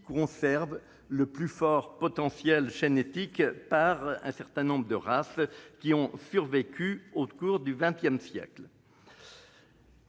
qui conserve le plus fort potentiel génétique, grâce à certaines races qui ont survécu au cours du XX siècle.